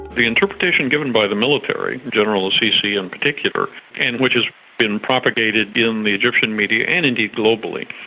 the interpretation given by the military, general al-sisi in particular, and which has been propagated in the egyptian media and indeed globally,